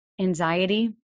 Anxiety